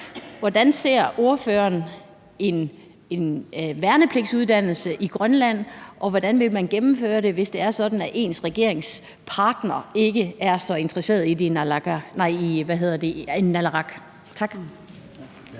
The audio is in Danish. Hvordan ser ordføreren en værnepligtsuddannelse i Grønland, og hvordan vil man gennemføre det, hvis det er sådan, at ens regeringspartner, Naleraq, ikke er så interesseret i det? Kl.